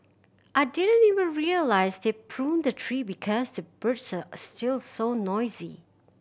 I didn't even realise they pruned the tree because the birds are still so noisy